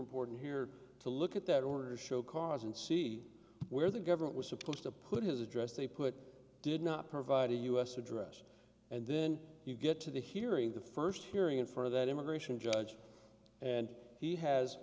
important here to look at that order to show cause and see where the government was supposed to put his address they put did not provide a us address and then you get to the hearing the first hearing for that immigration judge and he has